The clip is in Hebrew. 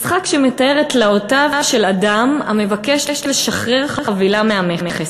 משחק שמתאר את תלאותיו של אדם המבקש לשחרר חבילה מהמכס,